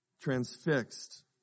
transfixed